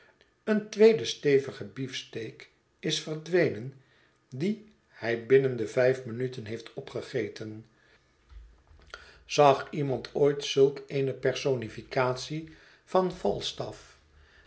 een tweede stevige beefsteak is verdwenen die hij binnen de vijf minuten heeft opgegeten zag iemand ooit zulk eene personificatie van falstaff